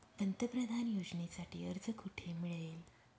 पंतप्रधान योजनेसाठी अर्ज कुठे मिळेल?